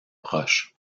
proche